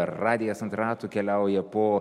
radijas ant ratų keliauja po